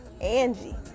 Angie